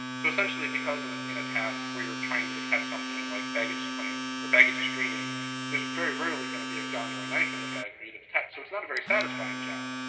so essentially because in in a task, where you're trying to detect something like baggage clean or baggage screening this very rarely going to be a gun or a knife in the bag for you to detect, so it's not a very satisfying job.